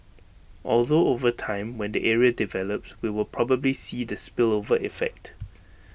although over time when the area develops we will probably see the spillover effect